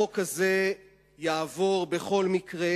החוק הזה יעבור בכל מקרה,